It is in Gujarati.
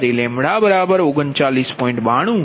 તેથી અહીં જ્યારે તે Pg222MWત્યારે λ39